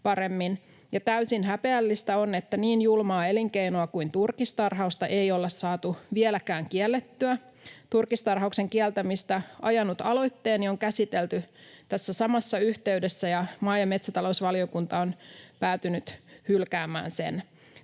täysin häpeällistä on, että niin julmaa elinkeinoa kuin turkistarhausta ei olla saatu vieläkään kiellettyä. Turkistarhauksen kieltämistä ajanut aloitteeni on käsitelty tässä samassa yhteydessä, ja maa- ja metsätalousvaliokunta on päätynyt hylkäämään sen.